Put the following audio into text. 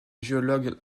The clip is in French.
géologue